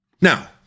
Now